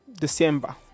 December